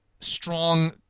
strong